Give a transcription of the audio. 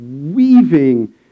weaving